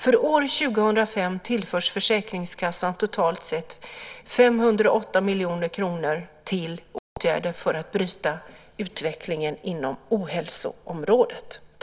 För år 2005 tillförs försäkringskassan totalt sett 508 miljoner kronor till åtgärder för att bryta utvecklingen inom ohälsoområdet.